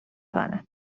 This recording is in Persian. کنه